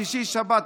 שישי-שבת,